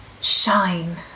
shine